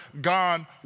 God